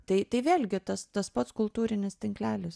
tai tai vėlgi tas tas pats kultūrinis tinklelis